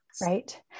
Right